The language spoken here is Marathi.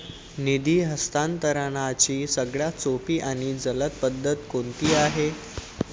निधी हस्तांतरणाची सगळ्यात सोपी आणि जलद पद्धत कोणती आहे?